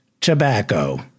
tobacco